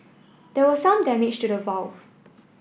there was some damage to the valve